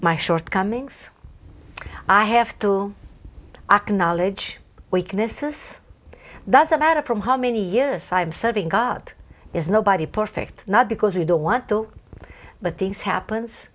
my shortcomings i have to acknowledge weaknesses that's about a from how many years i am serving god is nobody perfect not because we don't want the but these happens